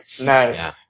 nice